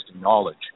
knowledge